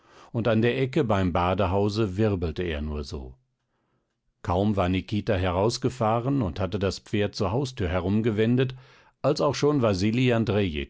und an der ecke beim badehause wirbelte er nur so kaum war nikita herausgefahren und hatte das pferd zur haustür herumgewendet als auch schon wasili